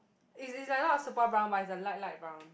it's it's like not super brown but it's a light light brown